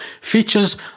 Features